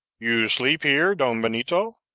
you sleep here, don benito?